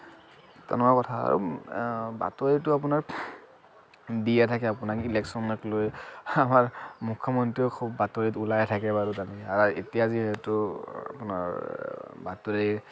তেনেকুৱা কথা আৰু বাতৰিটো আপোনাৰ দিয়ে থাকে আপোনাক ইলেকচনক লৈ আমাৰ মুখ্যমন্ত্ৰীয়েও খুব বাতৰিত ওলাইয়ে থাকে বাৰু এতিয়া যিহেতু আপোনাৰ বাতৰি